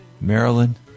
Maryland